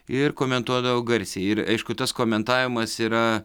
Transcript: ir komentuodavau garsiai ir aišku tas komentavimas yra